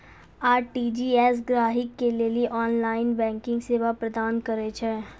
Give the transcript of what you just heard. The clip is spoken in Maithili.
आर.टी.जी.एस गहकि के लेली ऑनलाइन बैंकिंग सेवा प्रदान करै छै